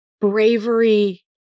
bravery